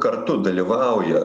kartu dalyvauja